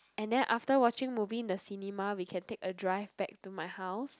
and then after watching movie in the cinema we can take a drive back to my house